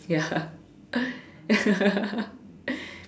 ya